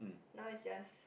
now its just